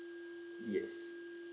yes